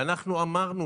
ואנחנו אמרנו,